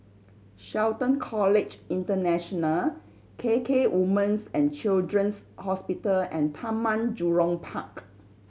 Shelton College International K K Woman's and Children's Hospital and Taman Jurong Park